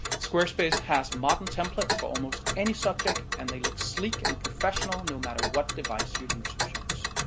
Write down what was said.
squarespace has modern templates for almost any subject and they look sleek and professional, no matter what device your users use,